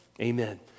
Amen